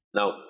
now